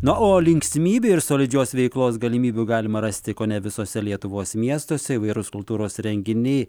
na o linksmybių ir solidžios veiklos galimybių galima rasti kone visuose lietuvos miestuose įvairūs kultūros renginiai